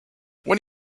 when